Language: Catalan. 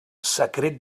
secret